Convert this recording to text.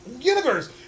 universe